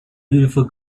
beautiful